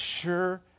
sure